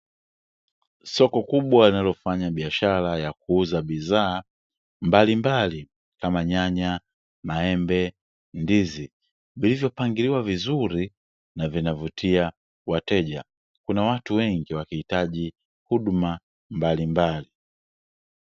Soko kubwa linalofanya biashara ya kuuza bidhaa mbalimbali kama nyanya, maembe, ndizi zilizopangiliwa vizuri na vinavutia wateja. Kuna watu wengi wakihitaji huduma mbalimbali.